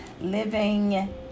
Living